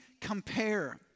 compare